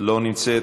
לא נמצאת,